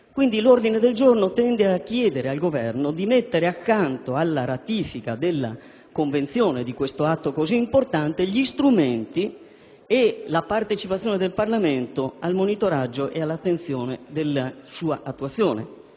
Quindi, con l'ordine del giorno G100 si chiede al Governo di mettere accanto alla ratifica della Convenzione, di questo atto così importante, gli strumenti e la partecipazione del Parlamento al monitoraggio della sua attuazione,